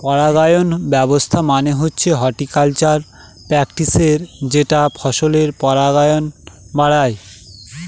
পরাগায়ন ব্যবস্থা মানে হচ্ছে হর্টিকালচারাল প্র্যাকটিসের যেটা ফসলের পরাগায়ন বাড়ায়